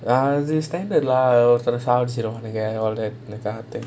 ya the standard lah ஒருத்தர சாவடிச்சிடுவாங்க:oruthara saavadichiduvaanga that kind of thing